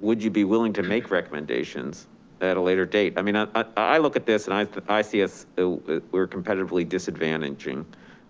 would you be willing to make recommendations at a later date? i mean, ah i look at this and i i see us we're competitively disadvantaging